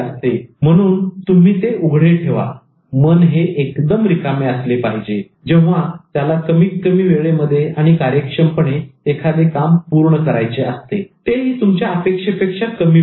" म्हणून तुम्ही ते उघडे ठेवा मन हे एकदम रिकामे असले पाहिजे जेव्हा त्याला कमीत कमी वेळेमध्ये आणि कार्यक्षमपणे एखादे काम पूर्ण करायचे आहे तेही तुमच्या अपेक्षेपेक्षा कमी वेळेत